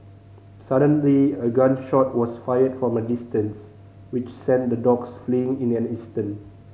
suddenly a gun shot was fired from a distance which sent the dogs fleeing in an instant